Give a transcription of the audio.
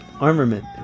armament